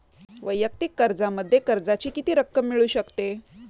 वैयक्तिक कर्जामध्ये कर्जाची किती रक्कम मिळू शकते?